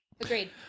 Agreed